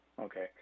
Okay